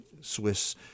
Swiss